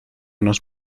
nos